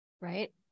Right